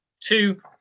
two